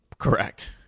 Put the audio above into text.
Correct